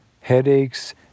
headaches